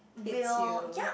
hits you